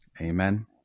Amen